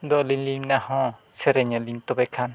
ᱟᱫᱚ ᱟᱹᱞᱤᱧ ᱞᱤᱧ ᱢᱮᱱᱮᱫᱟ ᱦᱮᱸ ᱥᱮᱨᱮᱧ ᱟᱹᱞᱤᱧ ᱛᱚᱵᱮ ᱠᱷᱟᱱ